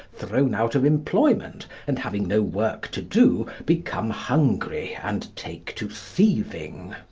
thrown out of employment, and, having no work to do, become hungry and take to thieving.